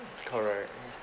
correct